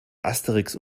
asterix